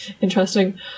interesting